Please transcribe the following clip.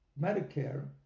medicare